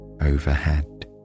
overhead